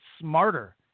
smarter